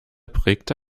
prägte